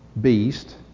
beast